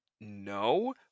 no